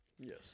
Yes